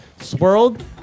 Swirled